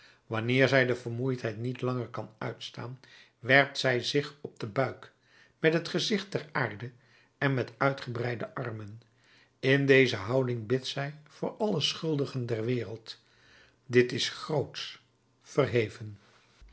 wanneer zij de vermoeidheid niet langer kan uitstaan werpt zij zich op den buik met het gezicht ter aarde en met uitgebreide armen in deze houding bidt zij voor alle schuldigen der wereld dit is grootsch verheven